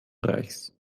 reichs